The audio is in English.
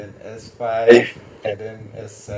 hmm but I don't know what's that called